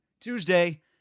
Tuesday